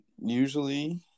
usually